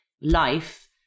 life